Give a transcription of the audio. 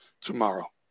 tomorrow